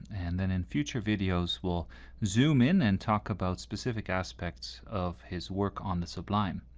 and then in future videos we'll zoom in and talk about specific aspects of his work on the sublime.